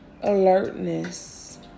alertness